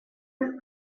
depuis